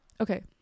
okay